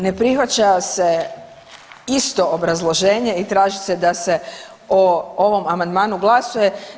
Ne prihvaća se, isto obrazloženje i traži se da se o ovom amandmanu glasuje.